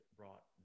brought